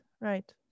right